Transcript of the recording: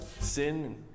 sin